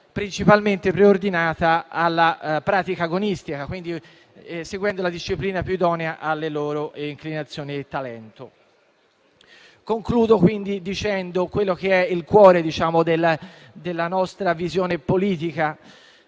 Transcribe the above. principalmente rivolta alla pratica agonistica, seguendo la disciplina più idonea alle inclinazioni e al talento. Concludo dicendo quello che è il cuore della nostra visione politica.